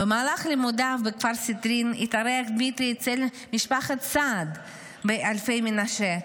במהלך לימודיו בכפר סיטרין התארח דמיטרי אצל משפחת סעד באלפי מנשה.